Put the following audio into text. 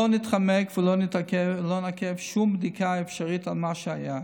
לא נתחמק ולא נעכב שום בדיקה אפשרית של מה שהיה.